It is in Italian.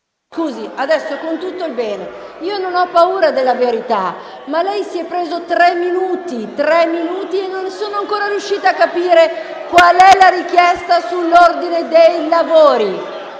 Aula)*. Senatore Parrini, io non ho paura della verità, ma lei si è preso tre minuti e non sono ancora riuscita a capire qual è la richiesta sull'ordine dei lavori.